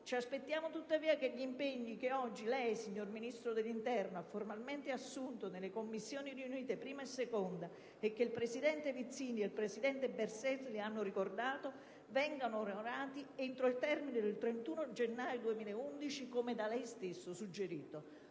Ci aspettiamo tuttavia che gli impegni che oggi lei, signor Ministro dell'interno, ha formalmente assunto nelle Commissioni riunite 1a e 2a, e che i presidenti Vizzini e Berselli hanno ricordato, vengano onorati entro il termine del 31 gennaio 2011, come da lei stesso suggerito.